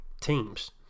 teams